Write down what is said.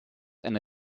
eine